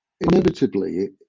inevitably